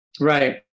Right